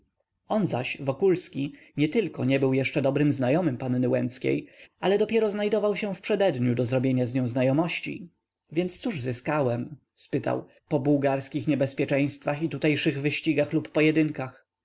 on zaś wokulski nietylko nie był jeszcze dobrym znajomym panny łęckiej ale dopiero znajdował się w przededniu do zrobienia z nią znajomości więc cóż zyskałem spytał po bułgarskich niebezpieczeństwach i tutejszych wyścigach lub pojedynkach